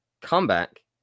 comeback